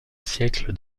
siècle